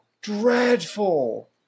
Dreadful